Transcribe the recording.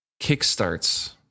kickstarts